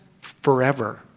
forever